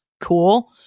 cool